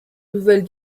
nouvelle